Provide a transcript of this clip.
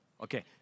Okay